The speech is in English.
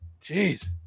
Jeez